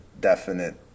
definite